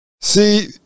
See